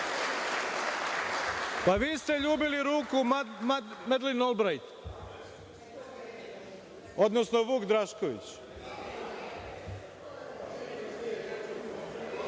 ću. Vi ste ljubili ruku Madlen Olbrajt, odnosno Vuk Drašković.